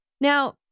Now